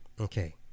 okay